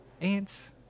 ants